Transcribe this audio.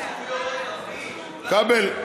כבל,